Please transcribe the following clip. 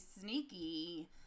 sneaky